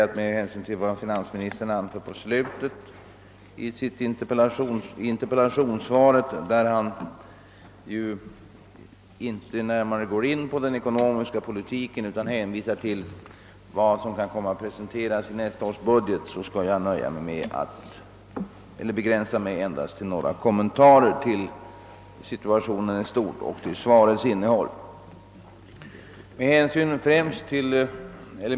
Eftersom finansministern mot slutet av interpellationssvaret förklarade att han inte närmare gick in på den ekonomiska politiken utan hänvisade till vad som kunde komma att presenteras i nästa års budget, skall jag begränsa mig till några kommentarer till svarets innehåll och situationen i stort.